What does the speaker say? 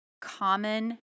common